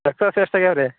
ಎಷ್ಟು ವರ್ಷ ಎಷ್ಟು ಆಗ್ಯಾವ್ರಿ